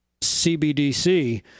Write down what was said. CBDC